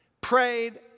prayed